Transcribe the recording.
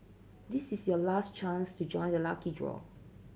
this is your last chance to join the lucky draw